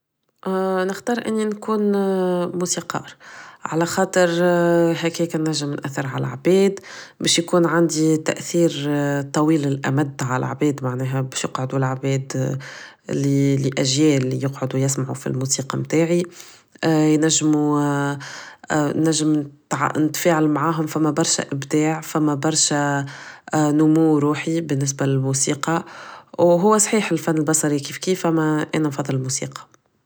نختار اني نكون موسيقار على خاطر هكاك نجم نأثر عل عباد بش يكون تأثير طويل الامد على العباد معناها بش يقعدو العباد لأجيال يقعدو يسمعو فالموسيقى متاعي ينجمو نتفاعل معاهم فما برشا ابداع فما برشا نمو روحي بالنسبة للموسيقى و هو صحيح الفن بصري كيفكيف اما انا نفضل الموسيقى